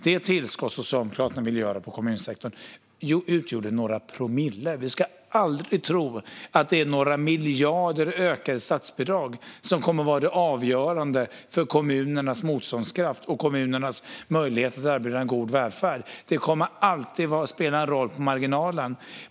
Det tillskott Socialdemokraterna ville göra på kommunsektorn utgjorde några promille. Vi ska aldrig tro att det är några miljarder i ökade statsbidrag som kommer att vara det avgörande för kommunernas motståndskraft och kommunernas möjligheter att erbjuda en god välfärd. Det kommer alltid att spela en roll på marginalen.